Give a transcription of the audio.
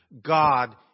God